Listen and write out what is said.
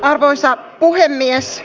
arvoisa puhemies